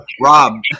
Rob